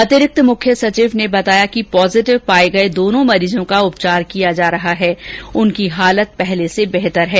अतिरिक्त मुख्य सचिव ने बताया कि पॉजिटिव पाये गये दोनों मरीजों का उपचार किया जा रहा है उनकी हालत पहले से बेहतर है